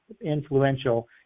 influential